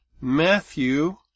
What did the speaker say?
Matthew